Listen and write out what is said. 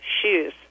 shoes